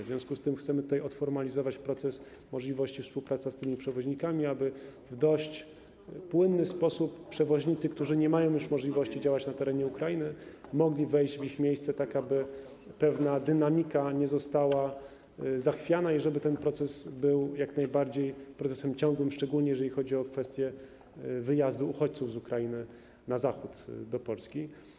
W związku z tym chcemy odformalizować proces możliwości współpracy z tymi przewoźnikami, aby w dość płynny sposób przewoźnicy, którzy nie mają już możliwości działać na terenie Ukrainy, mogli wejść w ich miejsce, tak aby pewna dynamika nie została zachwiana i żeby ten proces był jak najbardziej procesem ciągłym, szczególnie jeżeli chodzi o kwestie wyjazdu uchodźców z Ukrainy na zachód do Polski.